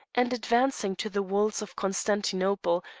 and advancing to the walls of constantinople,